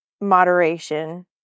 Moderation